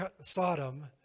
Sodom